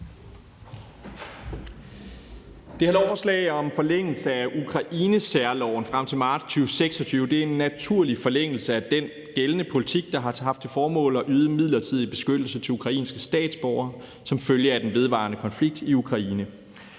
Det her lovforslag om forlængelse af Ukraine-særloven frem til marts 2026 er en naturlig forlængelse af den gældende politik, der har haft til formål at yde midlertidig beskyttelse til ukrainske statsborgere som følge af den vedvarende konflikt i Ukraine.